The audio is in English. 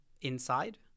inside